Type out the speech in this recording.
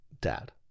dad